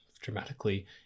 dramatically